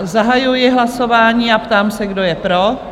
Zahajuji hlasování a ptám se, kdo je pro?